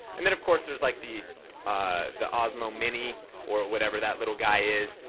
and then of course there's like the ah the osmo mini or whatever that little guy is,